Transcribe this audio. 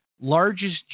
largest